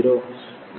ఇస్తుంది